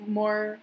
more